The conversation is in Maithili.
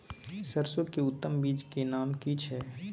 सरसो के उत्तम बीज के नाम की छै?